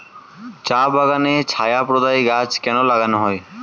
চা বাগানে ছায়া প্রদায়ী গাছ কেন লাগানো হয়?